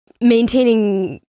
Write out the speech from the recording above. maintaining